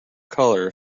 color